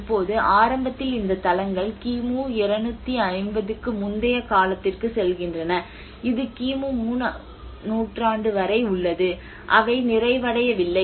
இப்போது ஆரம்பத்தில் இந்த தளங்கள் கிமு 250 க்கு முந்தைய காலத்திற்குச் செல்கின்றன இது கிமு 3 ஆம் நூற்றாண்டு வரை உள்ளது அவை நிறைவடையவில்லை